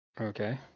Okay